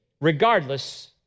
regardless